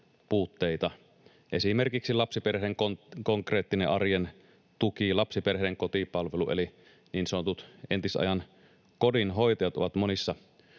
puutteita. Esimerkiksi lapsiperheen konkreettinen arjen tuki — lapsiperheiden kotipalvelu eli niin sanotut entisajan kodinhoitajat — on monissa